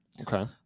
Okay